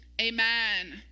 Amen